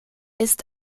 ist